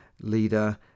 leader